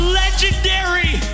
legendary